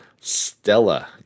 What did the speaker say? Stella